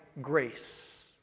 grace